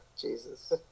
Jesus